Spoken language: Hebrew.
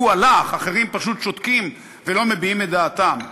הוא הלך, אחרים פשוט שותקים ולא מביעים את דעתם.